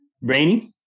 Rainy